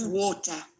water